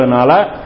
Nala